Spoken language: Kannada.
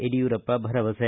ಯಡಿಯೂಪ್ಪ ಭರವಸೆ